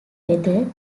whether